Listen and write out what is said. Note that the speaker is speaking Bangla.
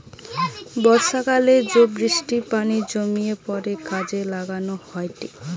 বর্ষাকালে জো বৃষ্টির পানি জমিয়ে পরে কাজে লাগানো হয়েটে